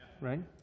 Right